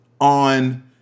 on